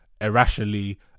irrationally